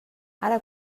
ara